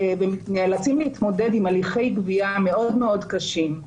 הם נאלצים להתמודד על הליכי גבייה מאוד מאוד קשים.